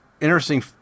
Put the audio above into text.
interesting